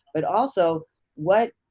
but also what,